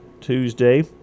Tuesday